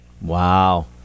Wow